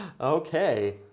Okay